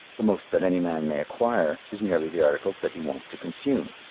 the most that any man may acquire is merely the articles that he wants to consume,